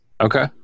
Okay